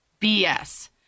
BS